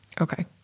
Okay